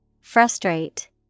Frustrate